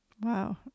wow